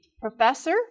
professor